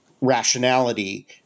rationality